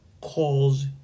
calls